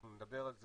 אנחנו נדבר על זה.